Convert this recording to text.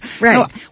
Right